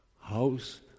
House